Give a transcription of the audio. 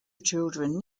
children